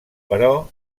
però